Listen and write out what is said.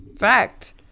fact